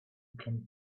can